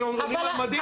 שעולים על מדים.